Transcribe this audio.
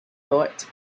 thought